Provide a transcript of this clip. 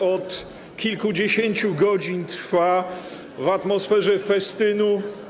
która od kilkudziesięciu godzin trwa w atmosferze festynu.